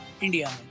India